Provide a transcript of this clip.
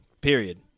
period